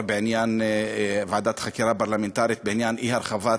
בעניין ועדת חקירה פרלמנטרית בעניין אי-הרחבת